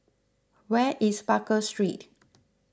where is Baker Street